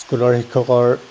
স্কুলৰ শিক্ষকৰ